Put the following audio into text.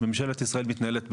ממשלת ישראל מתנהלת בברוטו,